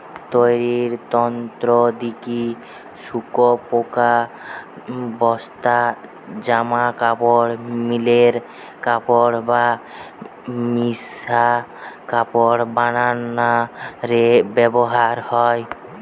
তৈরির তন্তু দিকি শক্তপোক্ত বস্তা, জামাকাপড়, মিলের কাপড় বা মিশা কাপড় বানানা রে ব্যবহার হয়